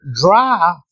dry